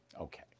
Okay